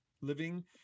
living